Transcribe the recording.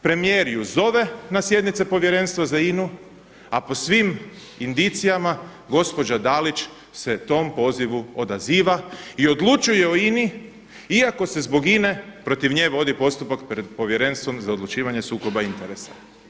Premijer ju zove na sjednice Povjerenstva za INA-u, a po svim indicijama gospođa Dalić se tom pozivu odaziva i odlučuje o INA-i iako se zbog INA-e protiv nje vodi postupak pred Povjerenstvom za odlučivanje o sukobu interesa.